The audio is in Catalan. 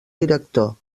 director